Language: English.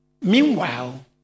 meanwhile